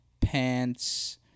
pants